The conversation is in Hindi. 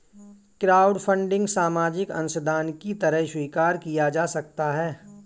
क्राउडफंडिंग सामाजिक अंशदान की तरह स्वीकार किया जा सकता है